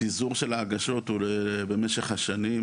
הפיזור של ההגשות הוא במשך השנים,